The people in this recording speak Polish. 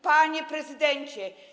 Panie Prezydencie!